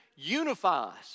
unifies